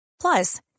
Plus